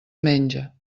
menja